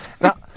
Now